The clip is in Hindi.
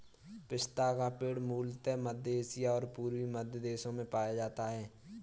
पिस्ता का पेड़ मूलतः मध्य एशिया और पूर्वी मध्य देशों में पाया जाता है